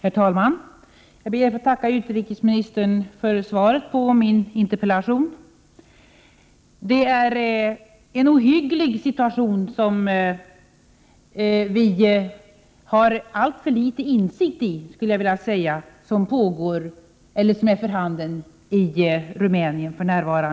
Herr talman! Jag ber att få tacka utrikesministern för svaret på min interpellation. Det är en ohygglig situation i Rumänien för närvarande, och vi har alltför dålig insikt i vad som är för handen.